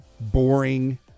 boring